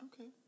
Okay